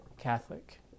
catholic